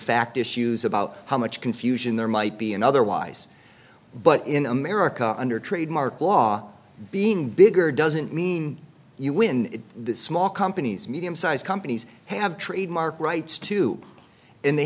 fact issues about how much confusion there might be an otherwise but in america under trademark law being bigger doesn't mean you win the small companies medium sized companies have trademark rights too and they